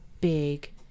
big